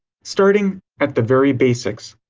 starting at the very basics.